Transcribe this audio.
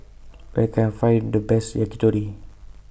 Where Can I Find The Best Yakitori